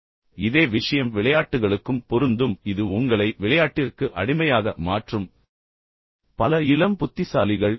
எனவே இதே விஷயம் விளையாட்டுகளுக்கும் பொருந்தும் இது உங்களை விளையாட்டிற்கு அடிமையாக மாற்றும் பல இளம் புத்திசாலிகள் ஐ